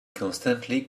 constantly